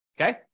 Okay